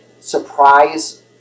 surprise